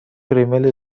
ریمیل